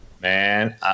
man